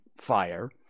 fire